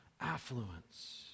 affluence